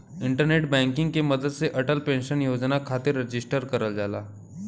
internet banking के मदद से अटल पेंशन योजना खातिर रजिस्टर करल जाला